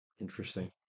Interesting